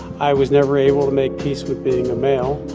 i was never able to make peace with being a male,